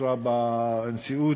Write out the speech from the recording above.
ואושרה בנשיאות,